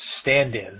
stand-in